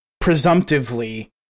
presumptively